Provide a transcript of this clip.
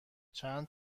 چند